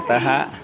अतः